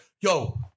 yo